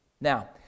Now